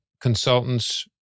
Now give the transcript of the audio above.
consultants